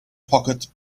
pocket